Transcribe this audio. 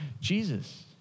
Jesus